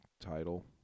title